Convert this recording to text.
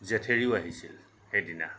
জেঠেৰিও আহিছিল সেইদিনা